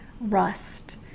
rust